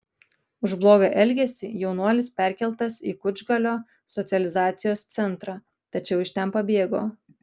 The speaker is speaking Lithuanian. už blogą elgesį jaunuolis perkeltas į kučgalio socializacijos centrą tačiau iš ten pabėgo